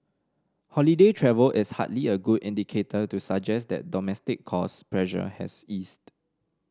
holiday travel is hardly a good indicator to suggest that domestic cost pressure has eased